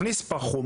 מכניס פח חום,